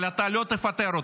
אבל אתה לא תפטר אותו,